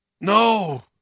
No